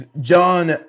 John